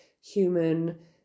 human